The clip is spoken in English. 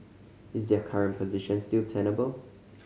is their current position still tenable